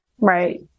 Right